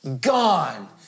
gone